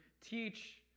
teach